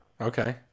Okay